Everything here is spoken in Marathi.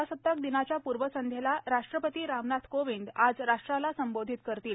प्रजासत्ताक दिनाच्या पूर्वसंध्येला राष्ट्रपती रामनाथ कोविंद आज राष्ट्राला संबोधित करतील